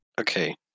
Okay